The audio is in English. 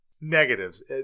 negatives